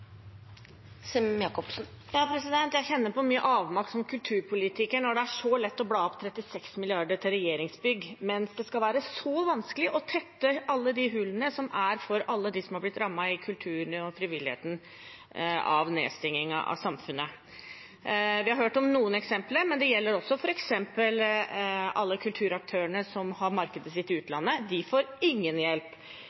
Jeg kjenner på mye avmakt som kulturpolitiker når det er så lett å bla opp 36 mrd. kr til regjeringsbygg, men så vanskelig å tette alle de hullene som finnes for alle dem som er rammet av nedstengingen av samfunnet i kulturen og frivilligheten Vi har hørt om noen eksempler, og det gjelder også alle kulturaktørene som har markedet sitt i